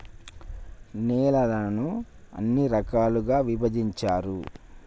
నేలలను ఎన్ని రకాలుగా విభజించారు?